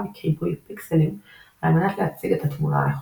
וכיבוי פיקסלים על מנת להציג את התמונה הנכונה.